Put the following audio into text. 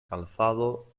calzado